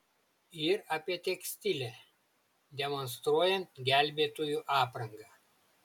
ir apie tekstilę demonstruojant gelbėtojų aprangą